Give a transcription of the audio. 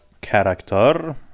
character